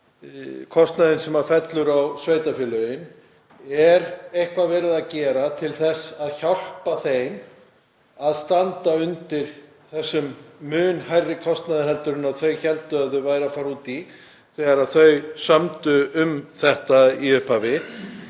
með kostnaðinn sem fellur á sveitarfélögin. Er eitthvað verið að gera til þess að hjálpa þeim að standa undir þessum mun hærri kostnaði heldur en þau héldu að þau væru að fara út í þegar þau sömdu um þetta í upphafi?